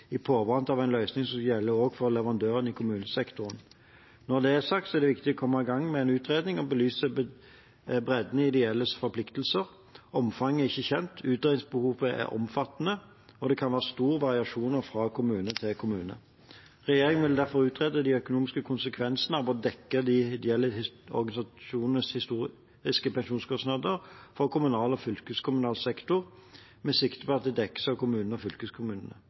i påvente av en løsning som skal gjelde også for leverandørene i kommunesektoren. Når det er sagt, er det viktig å komme i gang med en utredning om å belyse bredden i ideelles forpliktelser. Omfanget er ikke kjent. Utredningsbehovet er omfattende, og det kan være store variasjoner fra kommune til kommune. Regjeringen vil derfor utrede de økonomiske konsekvensene av å dekke de ideelle organisasjonenes historiske pensjonskostnader for kommunal og fylkeskommunal sektor med sikte på at de dekkes av kommunene og fylkeskommunene.